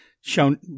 shown